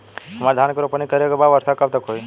हमरा धान के रोपनी करे के बा वर्षा कब तक होई?